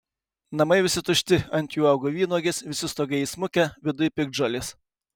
namai visi tušti ant jų auga vynuogės visi stogai įsmukę viduj piktžolės